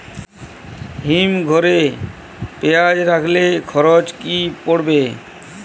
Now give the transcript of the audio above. হিম ঘরে পেঁয়াজ রাখলে খরচ কি পড়বে?